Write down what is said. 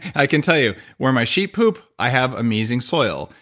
i can tell you, where my sheep poop, i have amazing soil,